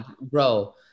bro